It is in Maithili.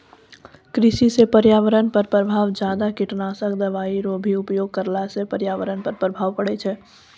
कृषि से पर्यावरण पर प्रभाव ज्यादा कीटनाशक दवाई रो भी उपयोग करला से पर्यावरण पर प्रभाव पड़ै छै